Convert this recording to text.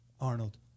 Arnold